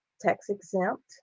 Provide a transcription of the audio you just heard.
tax-exempt